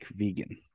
vegan